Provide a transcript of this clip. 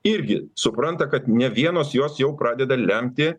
irgi supranta kad ne vienos jos jau pradeda lemti